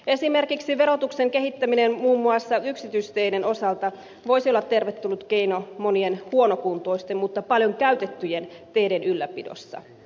esimerkiksi verotuksen kehittäminen muun muassa yksityisteiden osalta voisi olla tervetullut keino monien huonokuntoisten mutta paljon käytettyjen teiden ylläpidossa